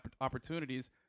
opportunities